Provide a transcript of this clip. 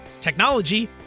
technology